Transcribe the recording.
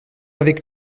avec